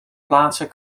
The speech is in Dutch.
plaatsen